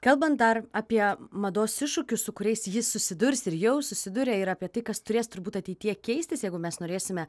kalbant dar apie mados iššūkius su kuriais ji susidurs ir jau susiduria ir apie tai kas turės turbūt ateityje keistis jeigu mes norėsime